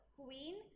queen